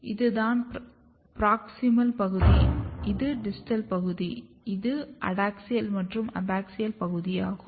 இது தான் பிராக்ஸிமல் பகுதி இது டிஸ்டல் பகுத்து இது அடாக்ஸியல் மற்றும் அபாக்ஸியல் பகுதியாகும்